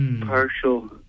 partial